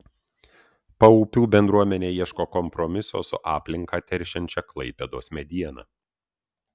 paupių bendruomenė ieško kompromiso su aplinką teršiančia klaipėdos mediena